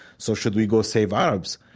so should we go save arabs?